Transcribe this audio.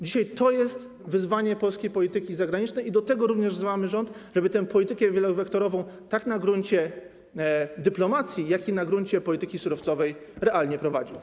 Dzisiaj to jest wyzwanie polskiej polityki zagranicznej i do tego również wzywamy rząd, żeby tę politykę wielowektorową, tak na gruncie dyplomacji, jak i na gruncie polityki surowcowej, realnie prowadził.